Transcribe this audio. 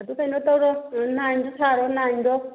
ꯑꯗꯨ ꯀꯩꯅꯣ ꯇꯧꯔꯣ ꯅꯥꯏꯟꯗꯨ ꯁꯥꯔꯣ ꯅꯥꯏꯟꯗꯣ